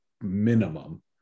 minimum